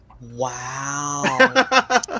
Wow